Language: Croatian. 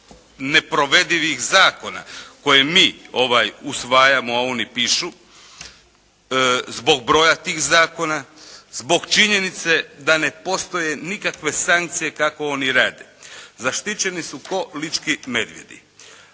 neprovedivih zakona koje mi usvajamo a oni pišu, zbog broja tih zakona, zbog činjenice da ne postoje nikakve sankcije kako oni rade. Zaštićeni su kao lički medvjedi.